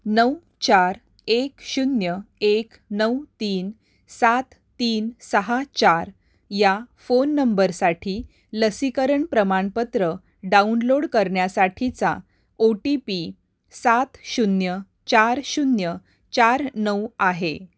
नऊ चार एक शून्य एक नऊ तीन सात तीन सहा चार या फोन नंबरसाठी लसीकरण प्रमाणपत्र डाउनलोड करण्यासाठीचा ओ टी पी सात शून्य चार शून्य चार नऊ आहे